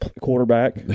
Quarterback